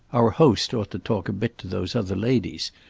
our host ought to talk a bit to those other ladies,